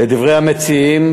לדברי המציעים,